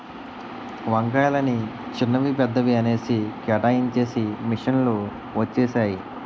వంకాయలని చిన్నవి పెద్దవి అనేసి కేటాయించేసి మిషన్ లు వచ్చేసాయి